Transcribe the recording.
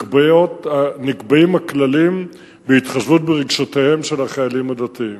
ונקבעים הכללים בהתחשבות ברגשותיהם של החיילים הדתיים.